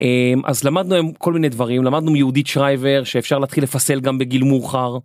אז למדנו עם כל מיני דברים למדנו מיהודית שרייבר שאפשר להתחיל לפסל גם בגיל מאוחר.